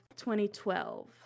2012